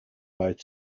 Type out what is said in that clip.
both